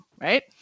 right